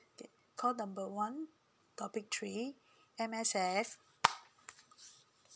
call number one topic three M_S_F